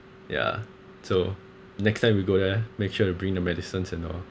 ya so next time you go there make sure you bring the medicines and all